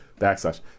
backslash